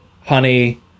honey